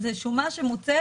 זו שומה שמוצאת